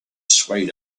swayed